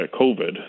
COVID